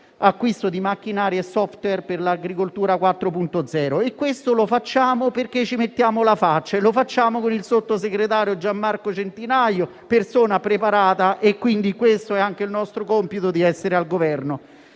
l'acquisto di macchinari e *software* per l'Agricoltura 4.0. Questo lo facciamo perché ci mettiamo la faccia, e lo facciamo con il sottosegretario Gian Marco Centinaio, persona preparata; quindi, questo è anche il nostro compito di essere al Governo.